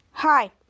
Hi